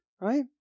right